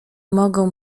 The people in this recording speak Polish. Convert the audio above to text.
mogą